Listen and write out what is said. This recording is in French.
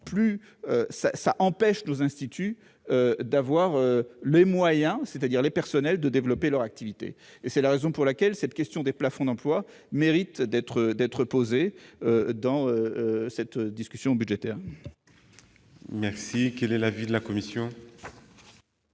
plafonds empêchent nos instituts de disposer des moyens, c'est-à-dire des personnels, leur permettant de développer leur activité. C'est la raison pour laquelle la question des plafonds d'emplois mérite d'être posée dans cette discussion budgétaire. Quel est l'avis de la commission ?